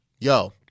Yo